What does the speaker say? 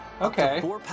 okay